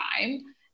time